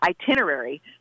itinerary